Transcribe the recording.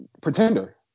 Pretender